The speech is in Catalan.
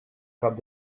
cap